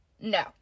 No